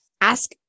ask